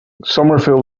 somerville